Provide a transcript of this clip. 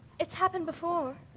it's happened before.